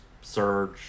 surge